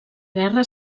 guerra